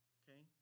okay